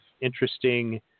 interesting